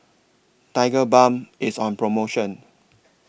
Tigerbalm IS on promotion